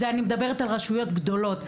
אני מדברת על רשויות גדולות.